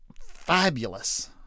fabulous